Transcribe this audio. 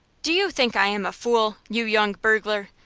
do you think i am a fool, you young burglar?